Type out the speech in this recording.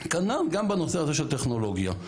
כנ"ל גם בנושא הזה של טכנולוגיה.